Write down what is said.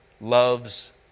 loves